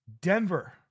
Denver